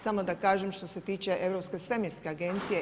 Samo da kažem što se tiče Europske svemirske agencije.